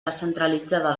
descentralitzada